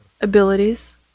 abilities